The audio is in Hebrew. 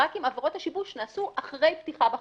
רק אם עבירות השיבוש נעשו אחרי פתיחה בחקירה,